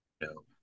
no